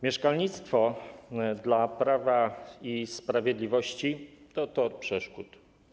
Mieszkalnictwo dla Prawa i Sprawiedliwości to tor przeszkód.